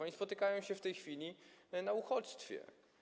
Oni spotykają się w tej chwili na uchodźstwie.